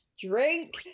Drink